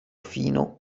fino